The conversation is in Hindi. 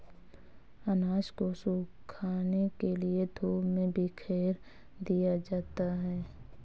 अनाज को सुखाने के लिए धूप में बिखेर दिया जाता है